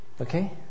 Okay